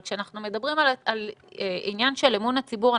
אבל כשאנחנו מדברים על עניין של אמון הציבור,